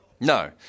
No